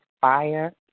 fire